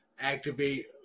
activate